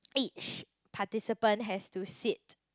each participates has to sit